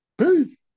Peace